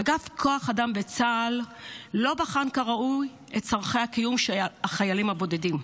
אגף כוח אדם בצה"ל לא בחן כראוי את צורכי הקיום של החיילים הבודדים,